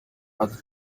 ati